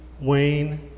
Wayne